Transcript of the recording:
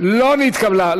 לא נתקבלה.